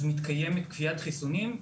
אז מתקיימת כפיית חיסונים,